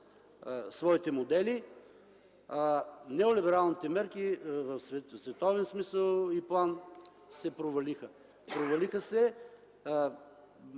своите модели, а неолибералните мерки в световен смисъл и план се провалиха. Сега хората